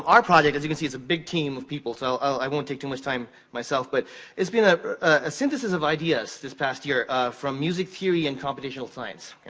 um our project, as you can see, is a big team of people. so i want take too much time myself, but it's been ah a synthesis of ideas this past year from music theory and computational science.